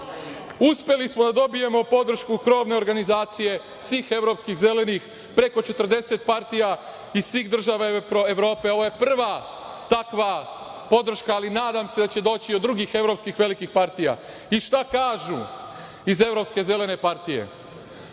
Uspeli smo da dobijemo podršku krovne organizacije svih evropskih zelenih preko 40 partija iz svih država Evrope i ovo je prva takva podrška, ali nadam se da će doći i od drugih evropskih velikih partija i šta kažu iz evropske zelene partije.